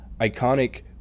Iconic